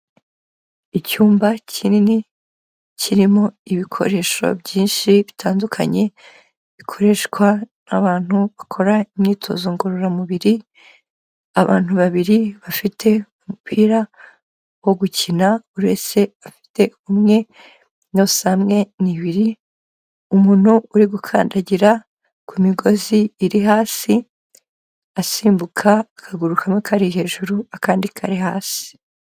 Icyumba kinini kirimo ibikoresho byinshi bitandukanye bikoreshwa abantu bakora imyitozo ngororamubiri, abantu babiri bafite umupira wo gukina, buri wese afite umwe, yose hamwe ni ibiriri. Umuntu uri gukandagira ku migozi iri hasi asimbuka akaguru kamwe kari hejuru akandi kari hasi.